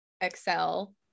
excel